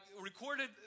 recorded